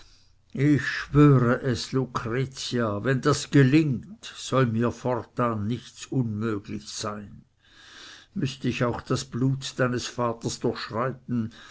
ich schwöre es lucretia wenn das gelingt soll mir fortan nichts unmöglich sein müßt ich auch das blut deines vaters